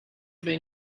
been